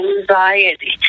anxiety